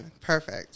Perfect